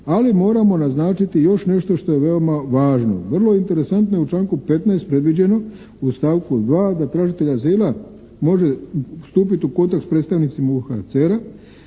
ali moramo naznačiti još nešto što je veoma važno. Vrlo je interesantno u članku 15. predviđeno u stavku 2. da tražitelj azila može stupiti u kontakt s predstavnicima UNHCR-a,